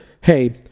hey